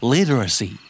Literacy